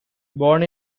born